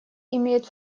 имеет